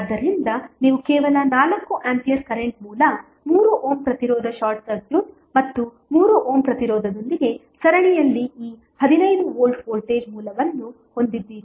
ಆದ್ದರಿಂದ ನೀವು ಕೇವಲ 4 ಆಂಪಿಯರ್ ಕರೆಂಟ್ ಮೂಲ 3 ಓಮ್ ಪ್ರತಿರೋಧ ಶಾರ್ಟ್ ಸರ್ಕ್ಯೂಟ್ ಮತ್ತು 3 ಓಮ್ ಪ್ರತಿರೋಧದೊಂದಿಗೆ ಸರಣಿಯಲ್ಲಿ ಈ 15 ವೋಲ್ಟ್ ವೋಲ್ಟೇಜ್ ಮೂಲವನ್ನು ಹೊಂದಿದ್ದೀರಿ